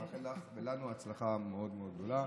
מאחל לך ולנו הצלחה מאוד מאוד גדולה.